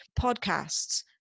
podcasts